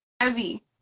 heavy